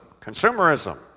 consumerism